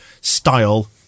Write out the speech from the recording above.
style